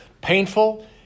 painful